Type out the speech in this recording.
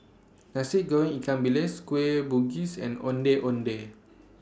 Nasi Goreng Ikan Bilis Kueh Bugis and Ondeh Ondeh